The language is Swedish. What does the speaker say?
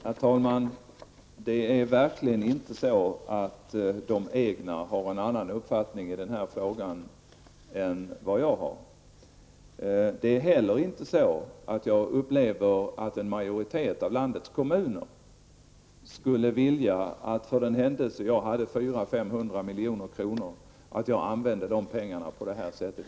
Herr talman! Det är verkligen inte så att de egna har en annan uppfattning än jag har i denna fråga. Det är inte heller så att jag upplever att en majoritet av landets kommuner, för den händelse jag hade 400--500 milj.kr., skulle vilja att jag använde dessa pengar på detta sätt.